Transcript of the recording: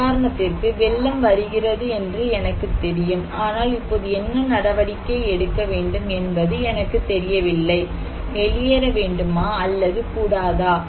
உதாரணத்திற்கு வெள்ளம் வருகிறது என்று எனக்கு தெரியும் ஆனால் இப்போது என்ன நடவடிக்கை எடுக்கவேண்டும் என்பது எனக்கு தெரியவில்லை வெளியேற வேண்டுமா அல்லது கூடாதா